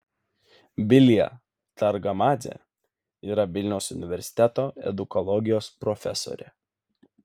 vilija targamadzė yra vilniaus universiteto edukologijos profesorė